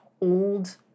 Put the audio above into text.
old